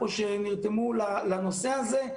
שנרתמו לנושא הזה,